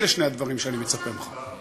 אלה שני הדברים שאני מצפה ממך.